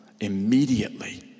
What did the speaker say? immediately